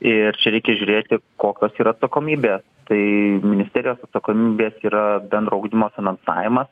ir čia reikia žiūrėti kokios yra atsakomybės tai ministerijos atsakomybės yra bendro ugdymo finansavimas